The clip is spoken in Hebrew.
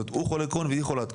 שניהם חולי קרוהן.